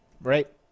right